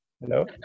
Hello